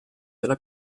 della